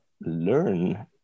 learn